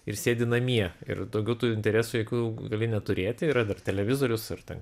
ir sėdi namie ir daugiau tų interesų jokių gali neturėti yra dar televizorius ar ten